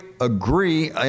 agree